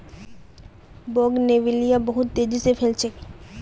bougainvillea बहुत तेजी स फैल छेक